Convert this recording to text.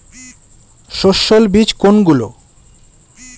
সস্যল বীজ কোনগুলো?